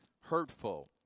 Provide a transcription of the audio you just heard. hurtful